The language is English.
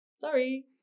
Sorry